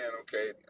Okay